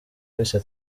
bise